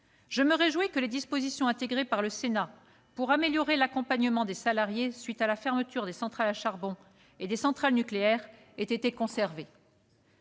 je me réjouis que les dispositions intégrées par le Sénat pour améliorer l'accompagnement des salariés dont l'emploi serait supprimé à la suite de la fermeture des centrales à charbon et des centrales nucléaires aient été conservées.